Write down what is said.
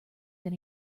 than